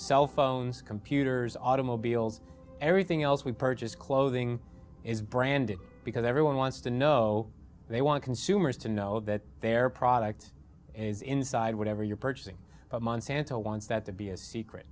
cell phones computers automobiles everything else we purchase clothing is branded because everyone wants to know they want consumers to know that their product is inside whatever you're purchasing but monsanto wants that to be a secret